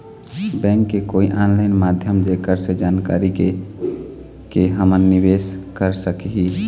Bank के कोई online माध्यम जेकर से जानकारी के के हमन निवेस कर सकही?